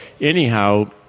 anyhow